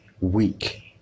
weak